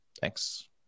Thanks